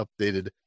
updated